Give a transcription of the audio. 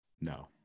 No